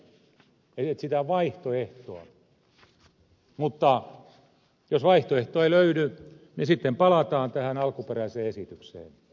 etsitään vaihtoehtoa mutta jos vaihtoehtoa ei löydy niin sitten palataan tähän alkuperäiseen esitykseen